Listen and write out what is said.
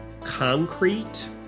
concrete